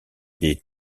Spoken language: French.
des